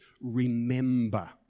remember